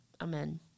Amen